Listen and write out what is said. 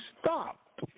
stop